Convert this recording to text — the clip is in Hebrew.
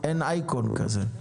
--- אין אייקון כזה.